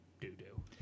doo-doo